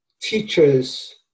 teachers